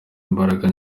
imbaraga